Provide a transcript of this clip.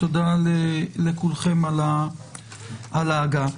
תודה לכולכם על ההגעה.